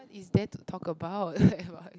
what is there to talk about